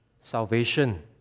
salvation